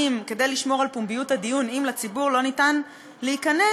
כדי לשמור על פומביות הדיון אם לציבור לא ניתן להיכנס,